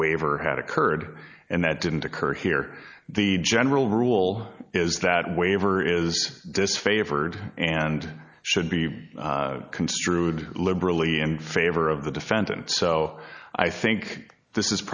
waiver had occurred and that didn't occur here the general rule is that waiver is disfavored and should be construed liberally in favor of the defendant so i think this is